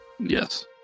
Yes